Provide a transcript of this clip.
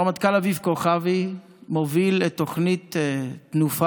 הרמטכ"ל אביב כוכבי מוביל את תוכנית תנופה,